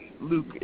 luke